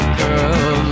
girl